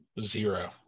zero